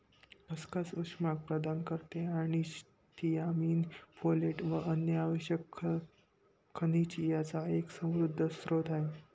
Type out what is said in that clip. खसखस उष्मांक प्रदान करते आणि थियामीन, फोलेट व अन्य आवश्यक खनिज यांचा एक समृद्ध स्त्रोत आहे